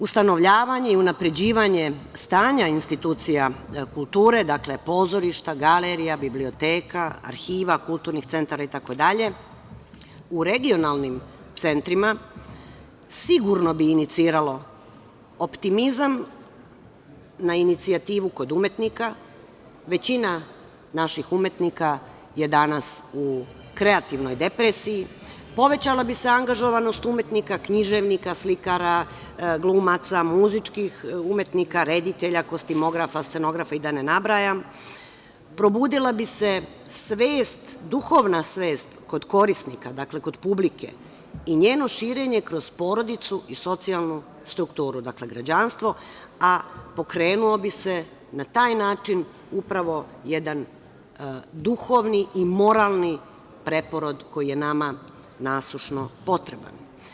Ustanovljavanje i unapređivanje stanja institucija kulture, dakle, pozorišta, galerija, biblioteka, arhiva, kulturnih centara itd, u regionalnim centrima sigurno bi iniciralo optimizam na inicijativu kod umetnika, većina naših umetnika je danas u kreativnoj depresiji, povećala bi se angažovanost umetnika, književnika, slikara, glumaca, muzičkih umetnika, reditelja, kostimografa, scenografa, da ne nabrajam, probudila bi se svest, duhovna svet kod korisnika, kod publike, i njeno širenje kroz porodicu i socijalnu strukturu, građanstvo, a pokrenuo bi se na taj način jedan duhovni i moralni preporod koji je nama nasušno potreban.